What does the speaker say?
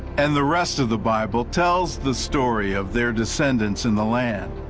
and the rest of the bible tells the story of their descendents in the land.